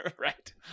right